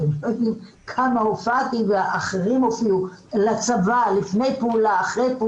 אתם לא יודעים כמה הופעתי וכמה אחרים הופיעו לצבא,